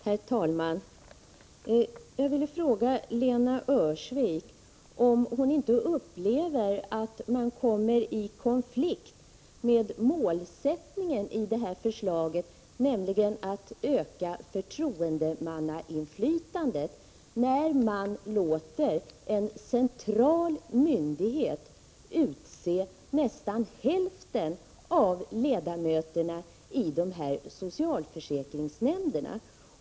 Herr talman! Jag vill fråga Lena Öhrsvik om hon inte upplever att man kommer i konflikt med målsättningen i det här förslaget, nämligen att öka förtroendemannainflytandet, när man låter en central myndighet utse nästan hälften av ledamöterna i socialförsäkringsnämnderna.